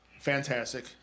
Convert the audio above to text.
fantastic